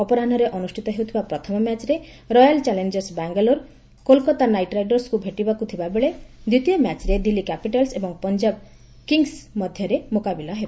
ଅପରାହ୍ନରେ ଅନୁଷ୍ଠିତ ହେଉଥିବା ପ୍ରଥମ ମ୍ୟାଚରେ royal challengers Bangalore Kolkata knight ରାଇଡର୍ସକୁ ଭେଟିବାର ଥିବାବେଳେ ଦ୍ଧିତୀୟ ମ୍ୟାଚରେ ଦିଲ୍ଲୀ କ୍ୟାପିଟାଲସ୍ ଏବଂ ପଞ୍ଜାବ କିଙ୍ଗ୍ସ ମଧ୍ୟରେ ମୁକାବିଲା ହେବ